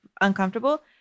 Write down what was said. uncomfortable